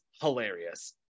hilarious